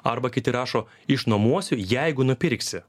arba kiti rašo išnuomosiu jeigu nupirksi